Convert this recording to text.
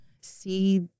see